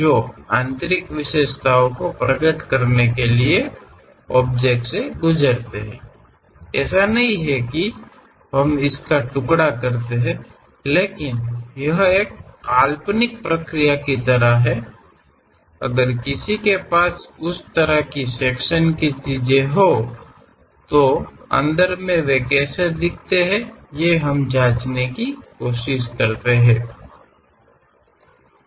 ನಾವು ಅದನ್ನು ತುಂಡು ಮಾಡುವುದು ಅಲ್ಲ ಆದರೆ ಇದು ಕಾಲ್ಪನಿಕ ಪ್ರಕ್ರಿಯೆಯಂತಿದೆ ಒಬ್ಬರು ಆ ರೀತಿಯ ವಿಭಾಗೀಯ ವಿಷಯವನ್ನು ಹೊಂದಿದ್ದರೆ ಒಳಗೆ ಹಾದುಹೋಗುವಾಗ ಅವು ಹೇಗೆ ಕಾಣುತ್ತದೆ ಎಂದು ತಿಳಿಯಬಹುದು